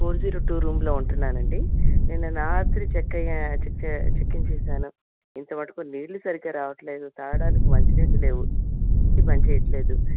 four zero two రూంలో ఉంటున్నానండి నిన్న రాత్రి చెక్ఇన్ చేసాను ఇంతవరకు నీళ్ళు సరిగా రావట్లేదు తాగడానికి మంచినీళ్ళు లేవు ఏసీ పనిచేయట్లేదు